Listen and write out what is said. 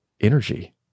energy